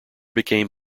became